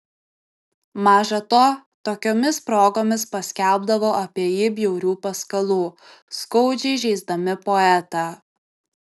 maža to tokiomis progomis paskelbdavo apie jį bjaurių paskalų skaudžiai žeisdami poetą